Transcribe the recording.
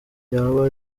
yaba